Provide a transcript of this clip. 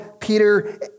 Peter